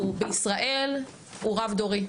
ובישראל הוא רב דורי.